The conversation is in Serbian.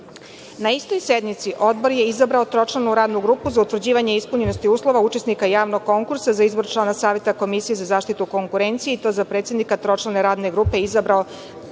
istoj sednici, Odbor je izabrao tročlanu radnu grupu za utvrđivanje ispunjenosti uslova učesnika javnog konkursa za izbor člana Saveta Komisije za zaštitu konkurencije, i to za predsednika tročlane radne grupe izabrao